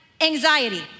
anxiety